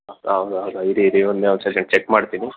ಹೌದಾ ಹೌದಾ ಹೌದಾ ಇರಿ ಇರಿ ಒಂದೇ ಒಂದು ಸೆಕೆಂಡ್ ಚೆಕ್ ಮಾಡ್ತೀನಿ